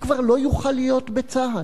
הוא כבר לא יוכל להיות בצה"ל.